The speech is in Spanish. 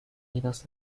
nidos